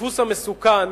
הדפוס המסוכן